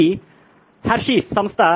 ఇది హెర్షీస్ సంస్థ